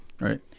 Right